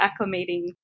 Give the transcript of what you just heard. acclimating